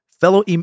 Fellow